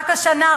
רק השנה,